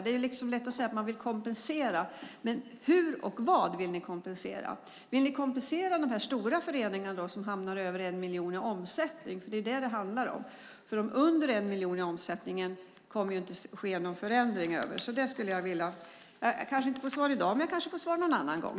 Det är lätt att säga att man vill kompensera, men hur ska det gå till? Vill ni kompensera också de stora föreningarna, som har en omsättning på över 1 miljon? För dem som har en omsättning på under 1 miljon kommer det ju inte att ske några förändringar. Detta skulle jag vilja få svar på. Det kanske inte blir i dag, men det kan bli en annan gång.